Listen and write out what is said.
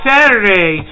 Saturday